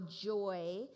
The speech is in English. joy